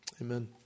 Amen